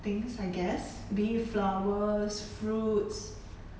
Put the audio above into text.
things I guess be it flowers fruits